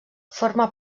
forma